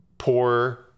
Poor